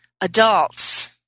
adults